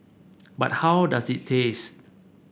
but how does it taste